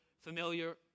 familiar